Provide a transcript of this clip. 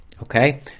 Okay